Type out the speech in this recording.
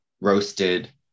roasted